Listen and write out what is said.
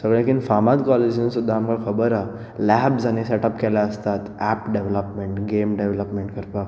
सगळ्याकीन फामाद कॉलेजी सुद्दां आमकां खबर आहा लॅब्स आनी सॅटअप केल्ले आसतात ऍप डेवलपमेंट गॅम डेवलपमेंट करपाक